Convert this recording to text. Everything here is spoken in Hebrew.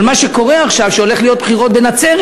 אבל מה שקורה עכשיו הוא שהולכות להיות בחירות בנצרת.